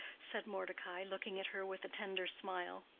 said mordecai, looking at her with a tender smile.